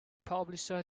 publisher